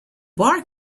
bar